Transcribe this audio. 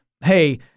hey